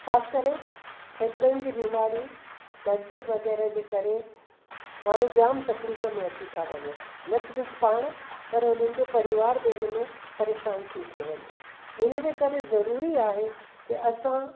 ख़ासि करे फेफड़नि जी बीमारी केंसर वगैरा जे करे माण्हू जाम तकलीफ़ में अची था वञनु न सिर्फ़ु पाण पर हुननि जो परिवार बि हिन में परेशान थी थो वञे इन जे करे ज़रूरी आहे की असां